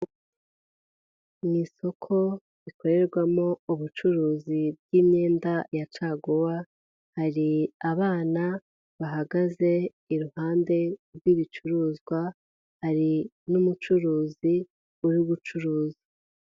Mu isoko rikorerwamo ubucuruzi bw'imyenda ya caguwa, hari abana bahagaze iruhande rw'ibicuruzwa, hari n'umucuruzi uri gucuruza.